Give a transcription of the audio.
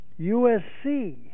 USC